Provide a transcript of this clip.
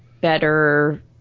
better